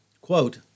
quote